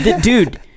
dude